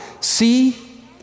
See